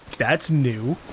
that's new.